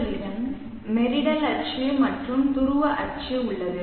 உங்களிடம் மெரிடல் அச்சு மற்றும் துருவ அச்சு உள்ளது